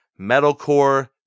Metalcore